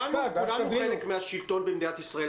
כולנו חלק מן השלטון במדינת ישראל.